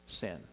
sin